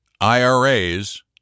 IRAs